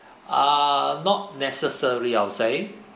ah not necessary I'll say